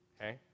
Okay